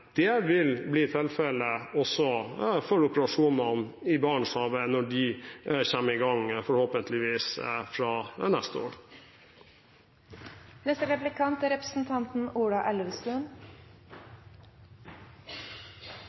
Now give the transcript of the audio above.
Det vil bli tilfellet også for operasjonene i Barentshavet når de kommer i gang, forhåpentligvis fra neste år. Det handler ikke om om det er